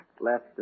left